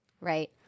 right